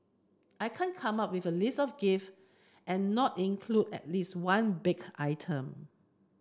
I can't come up with a list of gifts and not include at least one baked item